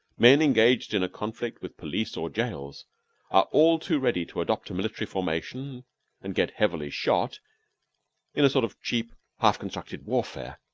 men engaged in a conflict with police or jails are all too ready to adopt a military formation and get heavily shot in a sort of cheap, half-constructed warfare,